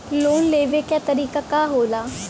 Loan लेवे क तरीकाका होला?